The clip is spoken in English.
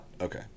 Okay